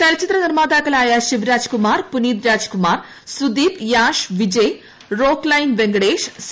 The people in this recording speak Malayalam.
ചലച്ചിത്ര നിർമ്മാതാക്കളായ Shivaraj Kumar Puneeth Rajkumar Sudeep Yash Vijay Rockline Venkatesh C